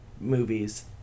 movies